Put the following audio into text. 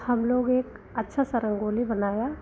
हम लोग एक अच्छा सा रंगोली बनाया